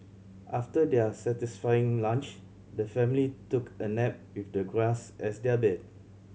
after their satisfying lunch the family took a nap with the grass as their bed